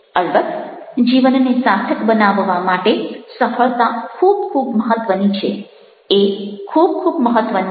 અલબત્ત જીવનને સાર્થક બનાવવા માટે સફળતા ખૂબ ખૂબ મહત્ત્વની છે